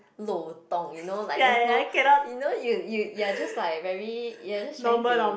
漏洞 you know like there's no you know you you are just like very you are just trying to